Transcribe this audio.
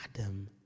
Adam